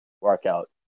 workout